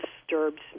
Disturbs